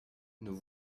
nous